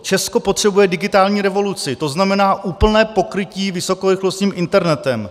Česko potřebuje digitální revoluci, tzn. úplné pokrytí vysokorychlostním internetem.